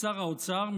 לשר האוצר,